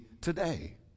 today